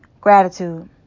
Gratitude